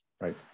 right